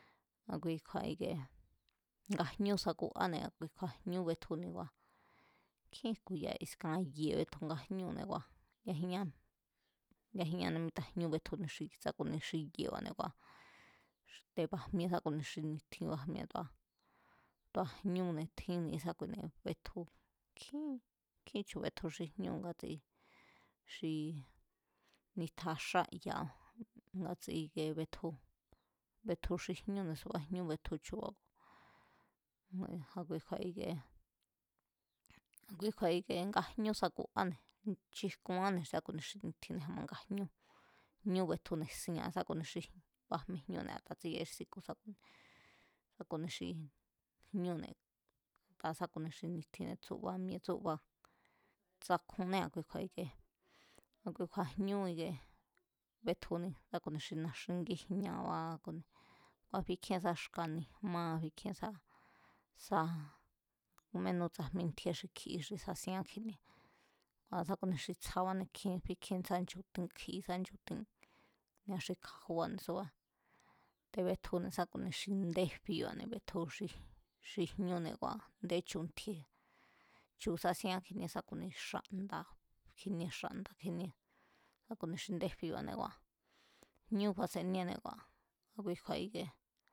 A̱kui kju̱a̱ ikiee nga jñú sakuane̱ kui kju̱a̱ jñú betjuni kua̱ nkjín jku̱ya̱, askan ye̱ betju nga jñúne̱ kua̱, yajínñanée̱ míta jñú betjuni sá ku̱ni xi ye̱ba̱ne̱ kua̱ te̱ bajmie sá ku̱ni xi ni̱tjin kua̱, tu̱a jñúne̱ tjí ne̱ésákuine̱ betju kjín, kjín chu̱ betju xi ñú ngatsi xi nitja xáya̱', ngatsi i̱kie betju betju xi jñúne̱ subá ñú betju chu̱ba̱ kua̱, a̱kui kju̱a̱ ikiee, a̱kui kju̱a̱ ikie nga jñú sakuáne̱, kijkuáne̱ sá ku̱ni xi ni̱tjin a̱ ma nga jñú betjune̱, sia̱ sa ku̱ni xi jñú, fajmejñúne̱ a̱ta tsíyaí si̱ku̱ sakuii̱, sa ku̱ni xi jñúne̱ a̱taa̱ sa̱ ku̱ni xi ni̱tjinne̱ tsúba mi̱e̱ tsúba tsakjunnée̱ a̱kui kju̱a̱ ikie, a̱kui kju̱a̱ jñú betjuni na̱a xi na̱xin ngíjñabá, kua̱ bíkjíén sa xka̱ ni̱jmabá bíkjíén sá ménú tsajmí ntjíé xi kji xi sasieán kjinie, kua̱ sá ku̱ni xi tsjabáne̱ bíkjíén sa nchu̱ti̱n kji sá nchu̱ti̱n ni̱a xi kja̱ju̱ba̱ne̱ subá te̱ betjune̱ sá ku̱ni xi ndéfiba̱ne̱ xi jñúne̱ kua̱ nde chu̱ntji̱e̱, chu̱ sasieán kjinie sá ku̱ni xa̱nda̱, kjinie xa̱nda̱ kjinie. Sá ku̱ni xi ndéfiba̱ne̱ kua̱ ñú faseníéne̱ a̱ kui kju̱a̱ ikie